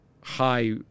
high